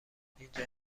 اینجا